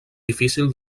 difícil